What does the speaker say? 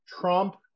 Trump